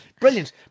brilliant